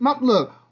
look